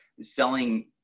selling